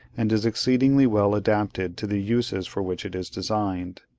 and is exceedingly well adapted to the uses for which it is designed.